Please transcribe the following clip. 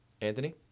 Anthony